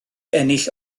ennill